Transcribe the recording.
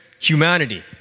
humanity